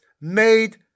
made